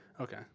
Okay